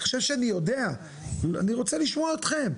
אני חושב שאני יודע אני רוצה לשמוע אתכם.